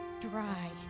dry